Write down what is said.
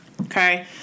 okay